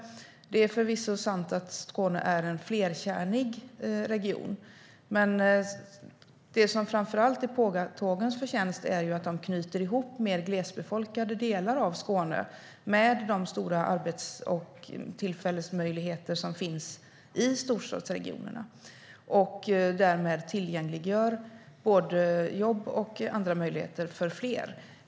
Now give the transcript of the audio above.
Det är förvisso sant att Skåne är en flerkärnig region, men det som framför allt är pågatågens förtjänst är att de knyter ihop mer glesbefolkade delar av Skåne med de stora möjligheter till arbetstillfällen som finns i storstadsregionerna och därmed tillgängliggör både jobb och andra möjligheter för fler.